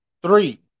three